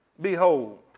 behold